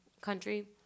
country